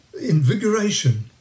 invigoration